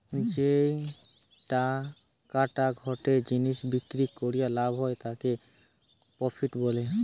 যেই টাকাটা গটে জিনিস বিক্রি করিয়া লাভ হয় তাকে প্রফিট বলে